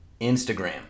Instagram